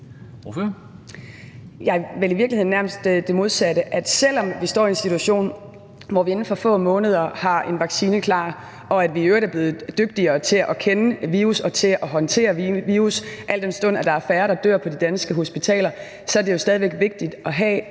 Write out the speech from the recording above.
er vel i virkeligheden nærmest det modsatte, nemlig at selv om vi står i en situation, hvor vi inden for få måneder har en vaccine klar, og vi i øvrigt er blevet dygtigere til at kende virus og til at håndtere virus, al den stund at der er færre, der dør på de danske hospitaler, så er det jo stadig væk vigtigt at have